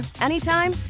anytime